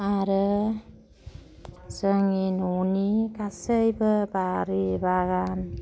आरो जोंनि न'नि गासैबो बारि बागान